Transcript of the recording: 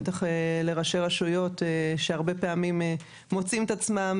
בטח לראשי הרשויות שהרבה פעמים מוצאים את עצמם